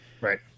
Right